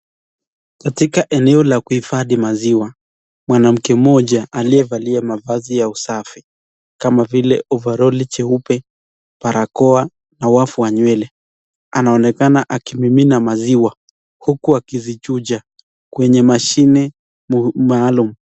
Katika eneo la kuifadhi maziwa, mwanamke moja aliyevalia mavazi ya usafi, kama vile ovarori jeupe, barakoa na wavu wa nywele, anaonekana akimimina maziwa huku akizichunja kwenye machine, (cs), maalumu.